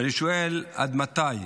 ואני שואל: עד מתי?